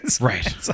Right